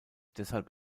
deshalb